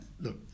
look